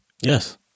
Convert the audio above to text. Yes